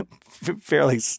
fairly